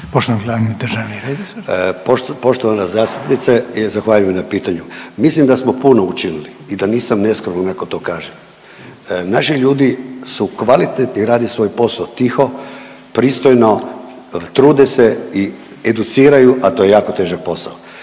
Poštovana zastupnice, zahvaljujem na pitanju. Mislim da smo puno učinili i da nisam neskroman ako to kažem. Naši ljudi su kvalitetni, rade svoj posao tiho, pristojno, trude se i educiraju, a to je jako težak posao.